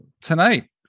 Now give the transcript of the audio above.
tonight